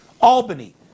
Albany